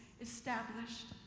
established